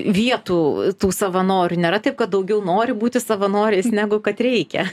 vietų tų savanorių nėra taip kad daugiau nori būti savanoriais negu kad reikia